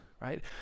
right